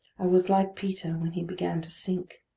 i was like peter when he began to sink.